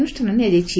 ନୁଷାନ ନିଆଯାଇଛି